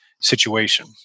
situation